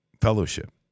fellowship